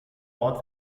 ort